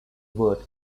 word